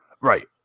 Right